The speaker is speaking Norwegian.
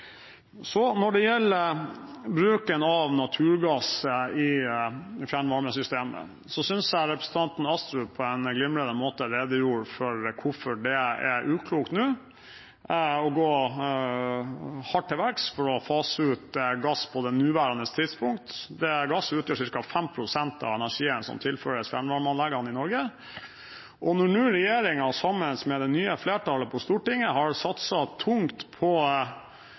Når det gjelder bruken av naturgass i fjernvarmesystemet, synes jeg representanten Astrup på en glimrende måte redegjorde for hvorfor det er uklokt å gå hardt til verks for å fase ut gass på det nåværende tidspunkt. Gass utgjør ca. 5 pst. av energien som tilføres fjernvarmeanleggene i Norge, og når nå regjeringen, sammen med det nye flertallet på Stortinget, har satset tungt på